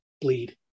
bleed